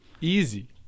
Easy